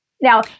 Now